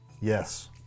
Yes